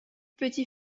petit